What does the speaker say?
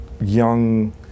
young